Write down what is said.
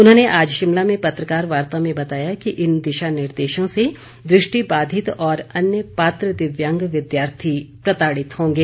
उन्होंने आज शिमला में पत्रकार वार्ता में बताया कि इन दिशा निर्देशों से दृष्टिबाधित और अन्य पात्र दिव्यांग विद्यार्थी प्रताड़ित होंगे